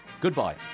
goodbye